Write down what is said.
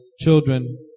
children